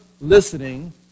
listening